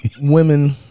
women